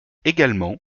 également